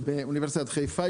באוניברסיטת חיפה,